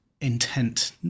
intent